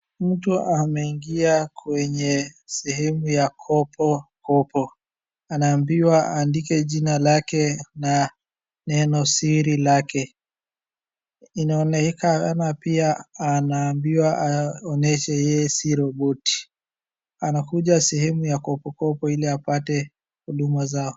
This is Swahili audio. Mtu ameingia sehemu ya kopokopo, anaambiwa aandike jina lake na neno siri lake, inaonekana pia anaambiwa aonyeshe yeye si roboti , anakuja sehemu ya kopokopo ili apate huduma zao.